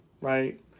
right